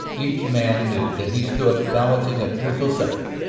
each man knew that he stood balancing a crucial second,